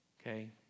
Okay